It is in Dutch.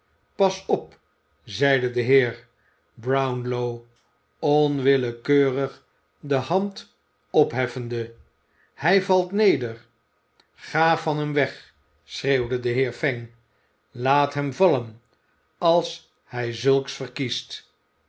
pas op zeide de heer brownlow onwillekeurig de hand opheffende hij valt neder ga van hem weg schreeuwde de heer fang laat hem vallen als hij zulks verkiest